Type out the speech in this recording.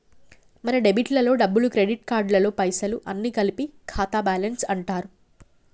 మన డెబిట్ లలో డబ్బులు క్రెడిట్ కార్డులలో పైసలు అన్ని కలిపి ఖాతా బ్యాలెన్స్ అంటారు